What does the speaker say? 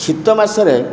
ଶୀତ ମାସରେ